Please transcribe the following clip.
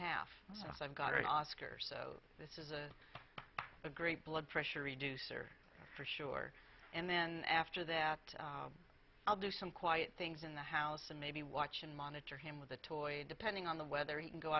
half so i've got an oscar so this is a a great blood pressure reduce or for sure and then after that i'll do some quiet things in the house and maybe watch and monitor him with a toy depending on the weather he can go